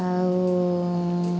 ଆଉ